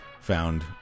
found